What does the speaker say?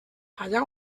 allà